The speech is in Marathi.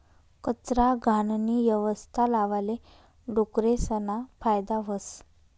कचरा, घाणनी यवस्था लावाले डुकरेसना फायदा व्हस